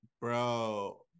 bro